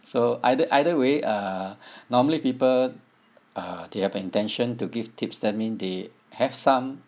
so either either way uh normally people uh they have intention to give tips that mean they have some